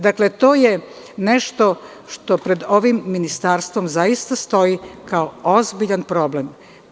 Dakle, to je nešto što pred ovim ministarstvom zaista stoji kao ozbiljan problem.